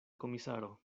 komisaro